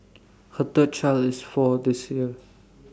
her third child is four this year